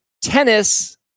tennis